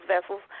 vessels